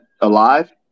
Alive